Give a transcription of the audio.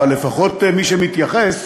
אבל לפחות מי שמתייחס,